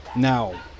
Now